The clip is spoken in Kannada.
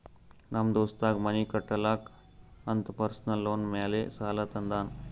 ನಮ್ ದೋಸ್ತಗ್ ಮನಿ ಕಟ್ಟಲಾಕ್ ಅಂತ್ ಪರ್ಸನಲ್ ಲೋನ್ ಮ್ಯಾಲೆ ಸಾಲಾ ತಂದಾನ್